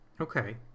Okay